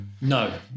No